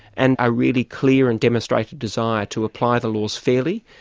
and are really clear and demonstrate a desire to apply the laws fairly,